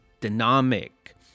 dynamic